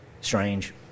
strange